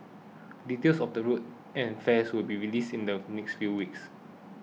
details of the route and fares will be released in the next few weeks